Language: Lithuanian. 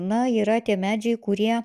na yra tie medžiai kurie